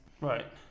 right